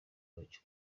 wacyo